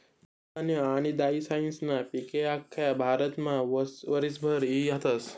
धनधान्य आनी दायीसायीस्ना पिके आख्खा भारतमा वरीसभर ई हातस